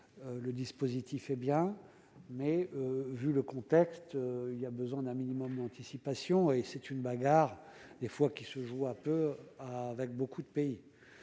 le dispositif est bien mais vu le contexte, il y a besoin d'un minimum d'anticipation et c'est une bagarre, des fois qui se joue à peu avec beaucoup de pays,